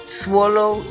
swallow